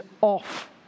off